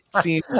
seem